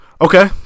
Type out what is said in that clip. Okay